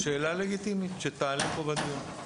שאלה לגיטימית, שתעלה פה בדיון.